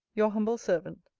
your humble servant,